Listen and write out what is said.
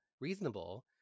reasonable